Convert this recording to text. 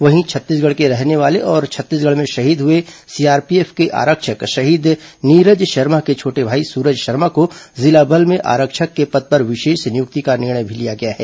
वहीं छत्तीसगढ़ के रहने वाले और छत्तीसगढ़ में शहीद हुए सीआरपीएफ के आरक्षक शहीद नीरज शर्मा के छोटे भाई सूरज शर्मा को जिला बल में आरक्षक के पद पर विशेष नियुक्ति का निर्णय भी लिया गया है